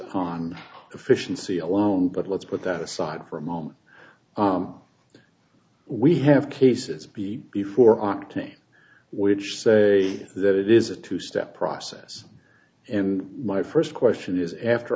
upon efficiency alone but let's put that aside for a moment we have cases be before octane which say that it is a two step process and my first question is after